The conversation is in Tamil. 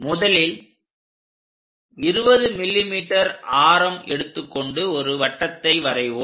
முதலில் 20 mm ஆரம் எடுத்துக்கொண்டு ஒரு வட்டத்தை வரைவோம்